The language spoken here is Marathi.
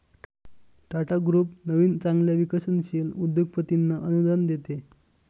टाटा ग्रुप नवीन चांगल्या विकसनशील उद्योगपतींना अनुदान देते